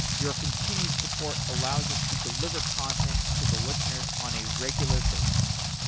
your continued support allows us to deliver content to the listeners on a regular basis